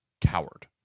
Coward